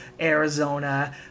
Arizona